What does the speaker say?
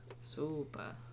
Super